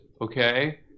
okay